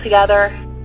together